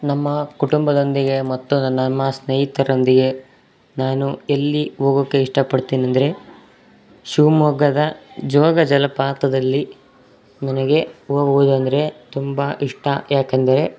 ನಮ್ಮ ಕುಟುಂಬದೊಂದಿಗೆ ಮತ್ತು ನನ್ನ ನಮ್ಮ ಸ್ನೇಹಿತರೊಂದಿಗೆ ನಾನು ಎಲ್ಲಿ ಹೋಗೋಕ್ಕೆ ಇಷ್ಟಪಡ್ತೀನಿ ಅಂದರೆ ಶಿವಮೊಗ್ಗದ ಜೋಗ ಜಲಪಾತದಲ್ಲಿ ನನಗೆ ಹೋಗುವುದಂದ್ರೆ ತುಂಬ ಇಷ್ಟ ಯಾಕೆಂದರೆ